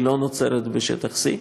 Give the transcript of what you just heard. היא לא נוצרת בשטח C,